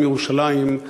באולם "ירושלים",